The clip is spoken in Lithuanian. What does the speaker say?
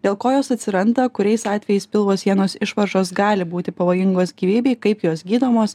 dėl ko jos atsiranda kuriais atvejais pilvo sienos išvaržos gali būti pavojingos gyvybei kaip jos gydomos